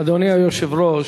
אדוני היושב-ראש,